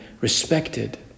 respected